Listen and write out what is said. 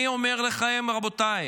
אני אומר לכם, רבותיי,